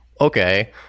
okay